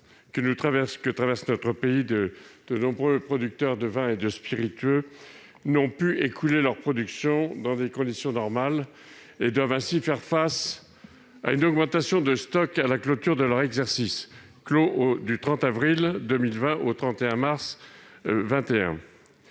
que traverse notre pays, de nombreux producteurs de vins et spiritueux n'ont pu écouler leur production dans des conditions normales, et doivent ainsi faire face à une augmentation de stocks à la clôture de leur exercice entre le 30 avril 2020 et le 31 mars 2021.